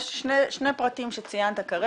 יש שני פרטים שציינת כרגע,